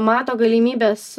mato galimybes